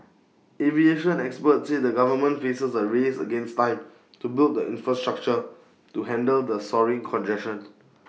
aviation experts say the government faces A race against time to build the infrastructure to handle the soaring congestion